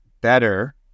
better